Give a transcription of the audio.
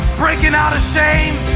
breaking out of shame,